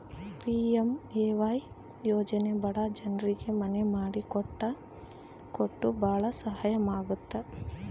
PMAY ಯೋಜನೆ ಬಡ ಜನ್ರಿಗೆ ಮನೆ ಮಾಡಿ ಕೊಟ್ಟು ಭಾಳ ಸಹಾಯ ಆಗುತ್ತ